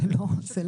זה לא.